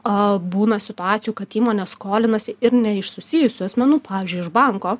o būna situacijų kad įmonė skolinasi ir ne iš susijusių asmenų pavyzdžiui iš banko